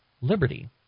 liberty